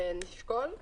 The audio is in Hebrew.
ונשקול,